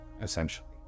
essentially